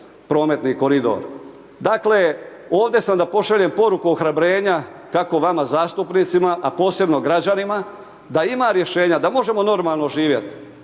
prometni koridor. Dakle, ovdje sam da pošaljem poruku ohrabrenja, kako vama zastupnicima, a posebno građanima, da ima rješenja, da možemo normalno živjeti